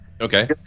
Okay